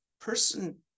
Person